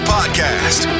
Podcast